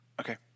Okay